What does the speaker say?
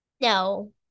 No